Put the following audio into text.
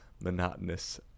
monotonous